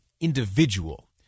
individual—